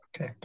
okay